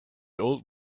old